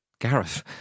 Gareth